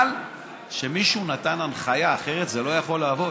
בגלל שמישהו נתן הנחיה, אחרת זה לא יכול לעבוד,